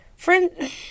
Friend